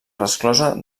resclosa